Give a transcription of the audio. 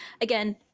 Again